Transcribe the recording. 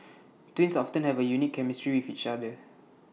twins often have A unique chemistry with each other